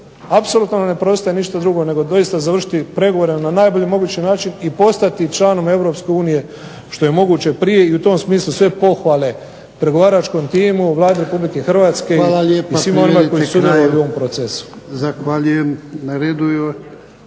apsolutno nam ne preostaje ništa drugo nego doista završiti na najbolji mogući način i postati članom EU što je moguće prije. I u tom smislu sve pohvale pregovaračkom timu, Vladi RH i svima onima koji su sudjelovali u ovom procesu.